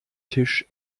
tisch